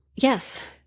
Yes